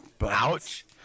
Ouch